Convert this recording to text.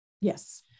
Yes